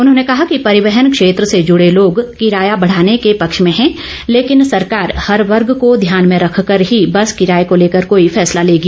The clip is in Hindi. उन्होंने कहा कि परिवहन क्षेत्र से जुड़े लोग किराया बढ़ाने के पक्ष में हैं लेकिन सरकार हर वर्ग को ध्यान में रखकर ही बस किराए को लेकर कोई फैसला लेगी